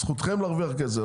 זכותכם להרוויח כסף,